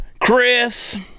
Chris